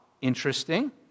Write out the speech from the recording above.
Interesting